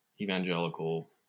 evangelical